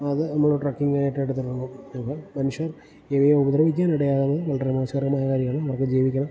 അത് നമ്മള് ട്രക്കിങ്ങായിട്ട് എടുക്കുമ്പോൾ അത് അപ്പം മനുഷ്യർ ഇവയെ ഉപദ്രവിക്കാനിടയാകുന്നത് വളരെ മോശകരമായ കാര്യമാണ് അവർക്ക് ജീവിക്കണം